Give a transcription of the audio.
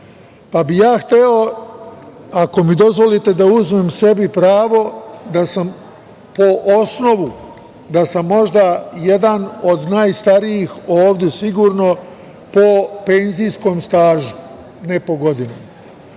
pa bih ja hteo, ako mi dozvolite, da uzmem sebi pravo da sam možda jedan od najstarijih, ovde sigurno, po penzijskom stažu, ne po godinama,